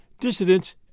dissidents